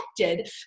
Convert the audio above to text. affected